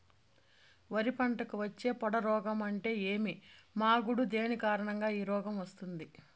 వరి పంటకు వచ్చే పొడ రోగం అంటే ఏమి? మాగుడు దేని కారణంగా ఈ రోగం వస్తుంది?